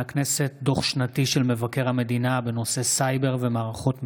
דוח שנתי של מבקר המדינה בנושא סייבר ומערכות מידע.